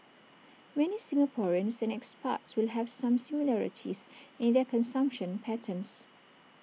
many Singaporeans and expats will have some similarities in their consumption patterns